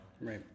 Right